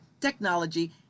technology